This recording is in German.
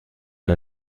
der